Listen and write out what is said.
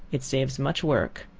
it saves much work.